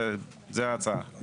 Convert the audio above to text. זו ההצעה.